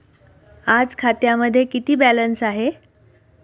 आज खात्यामध्ये किती बॅलन्स आहे?